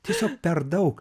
tiesiog per daug